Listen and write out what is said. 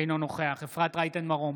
אינו נוכח אפרת רייטן מרום,